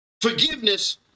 Forgiveness